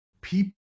people